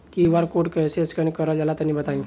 QR code scan कैसे क़रल जला तनि बताई?